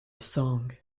song